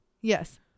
Yes